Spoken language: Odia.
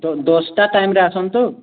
ଦଶଟା ଟାଇମ୍ରେ ଆସନ୍ତୁ